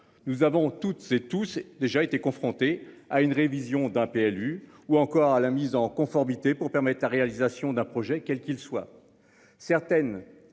Nous avons toutes ces tous déjà été confrontée à une révision d'un PLU ou encore la mise en conformité pour permettre à la réalisation d'un projet quel qu'il soit certaines